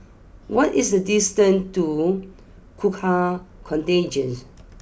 what is the distance to Gurkha Contingent